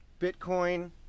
Bitcoin